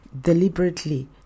deliberately